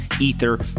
Ether